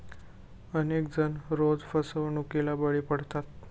अनेक जण रोज फसवणुकीला बळी पडतात